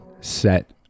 set